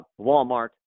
Walmart